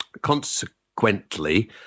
Consequently